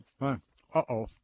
Uh-oh